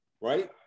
right